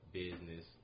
business